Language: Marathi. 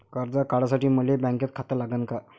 कर्ज काढासाठी मले बँकेत खातं लागन का?